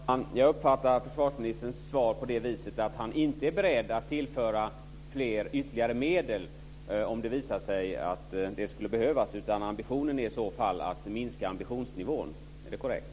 Fru talman! Jag uppfattar försvarsministerns svar på det viset att han inte är beredd att tillföra ytterligare medel om det visar sig att det skulle behövas, utan tanken är att minska ambitionsnivån. Är det korrekt?